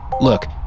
Look